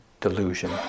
delusion